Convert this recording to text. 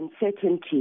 uncertainty